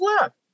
left